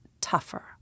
tougher